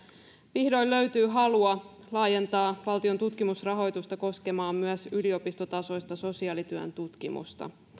vihdoin löytyy halua laajentaa valtion tutkimusrahoitusta koskemaan myös yliopistotasoista sosiaalityön tutkimusta